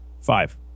Five